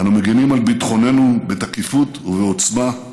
אנו מגינים על ביטחוננו בתקיפות ובעוצמה,